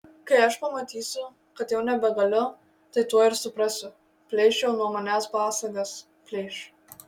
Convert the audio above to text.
kai aš pamatysiu kad jau nebegaliu tai tuoj ir suprasiu plėš jau nuo manęs pasagas plėš